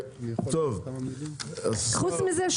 חוץ מזה,